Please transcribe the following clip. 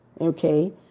okay